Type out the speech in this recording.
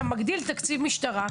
אתה מגדיל תקציב משטרה,